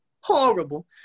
horrible